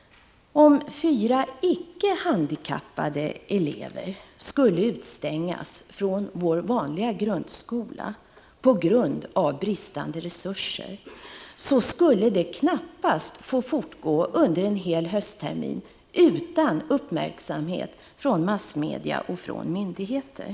Om fyra icke handikappade elever skulle utestängas från vår vanliga grundskola på grund av bristande resurser, skulle det knappast få fortgå under en hel hösttermin utan uppmärksamhet från massmedia och myndigheter.